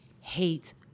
hate